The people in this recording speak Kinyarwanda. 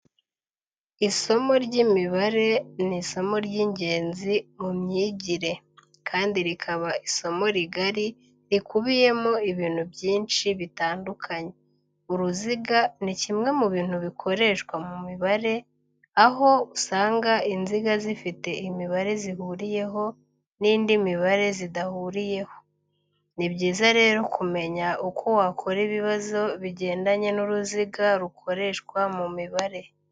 Isomo ry'imibare ni isomo ry'ingenzi mu myigire, kandi rikaba isomo rigari rikubiyemo ibintu byinshi bitandukanye. Uruziga ni kimwe mu bintu bikoreshwa mu mibare, aho usanga inziga zifite imibare zihuriyeho n'indi mibare zidahuriyeho. Ni byiza rero kumenya uko wakora ibibazo bigendanye n'uruziga rukoreshwa mu mibare.